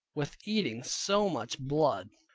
with eating so much blood.